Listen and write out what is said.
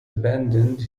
abandoned